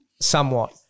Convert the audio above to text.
somewhat